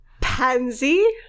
pansy